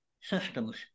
systems